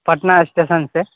Patna station سے